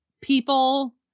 people